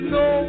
no